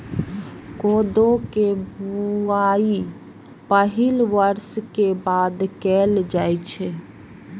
कोदो के बुआई पहिल बर्षा के बाद कैल जाइ छै